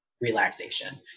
relaxation